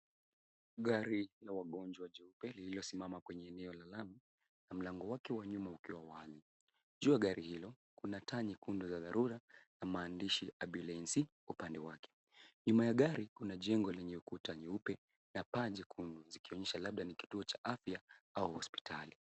Gari la wagonjwa jeupe lililosimama kwenye eneo la lami na mlango wake wa nyuma ukiwa wazi. Juu ya gari hilo, kuna taa nyekundu za dharura na maandishi, ambulensi, upande wake. Nyuma ya gari kuna jengo lenye kuta nyeupe na paa jekundu zikionyesha labda ni kituo cha afya au hospitali.